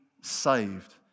saved